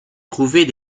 trouvés